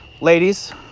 Ladies